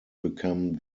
become